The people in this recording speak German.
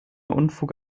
unfug